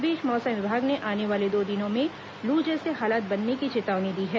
इस बीच मौसम विभाग ने आने वाले दो दिनों में लू जैसे हालत बनने की चेतावनी दी है